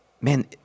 man